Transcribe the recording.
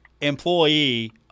employee